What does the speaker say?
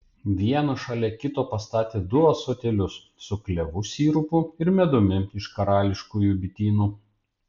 vieną šalia kito pastatė du ąsotėlius su klevų sirupu ir medumi iš karališkųjų bitynų